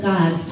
God